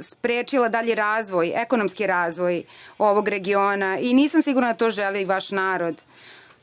sprečila dalji razvoj, ekonomski razvoj ovog regiona i nisam sigurna da to želi i vaš narod.